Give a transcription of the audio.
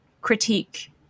critique